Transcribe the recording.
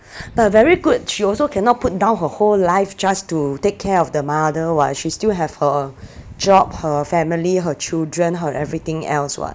but very good she also cannot put down her whole life just to take care of the mother [what] she still have her job her family her children her everything else [what]